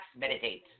meditate